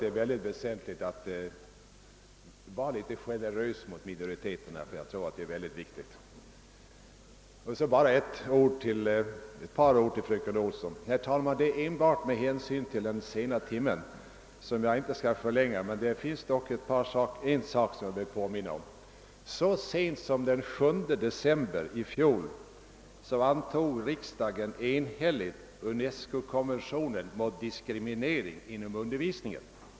Det är viktigt att vara generös mot minoriteterna. Så bara ett par ord till fröken Olsson! Det är, herr talman, endast den sena timmen som gör att jag inte mycket förlänger debatten. Några saker vill jag dock påminna om. Så sent som den 7 december i fjol antog riksdagen enhälligt UNESCO-konventionen mot diskriminering inom undervisningen.